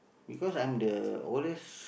because I'm the oldest